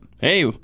Hey